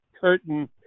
curtain